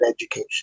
education